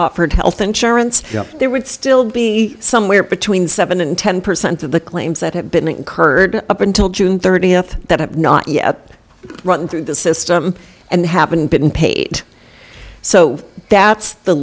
offered health insurance there would still be somewhere between seven and ten percent of the claims that have been incurred up until june th that have not yet run through the system and happen been paid so that's the